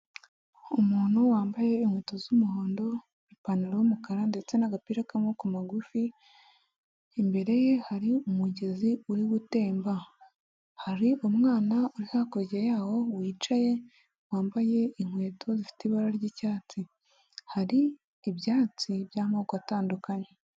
Umuntu wambaye inkweto z'umuhondo, ipantaro y'umukara ndetse n'agapira k'amaboko magufi, imbere ye hari umugezi uri gutemba. Hari umwana uri hakurya yaho wicaye wambaye inkweto zifite ibara ry'icyatsi, hari ibyatsi by'amoko atandukanye.